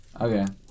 Okay